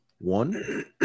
one